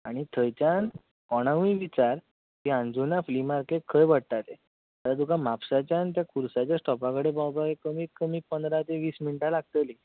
आनी थंयच्यान कोणाकूय विचार की अणजुणा फ्ली मार्केट खंय पडटा तें थंय तुका म्हापशेंच्यान त्या खुर्साच्या स्टोपा कडेन पावपाक एक कमीत कमी पंदरा तें वीस मिणटां लागतली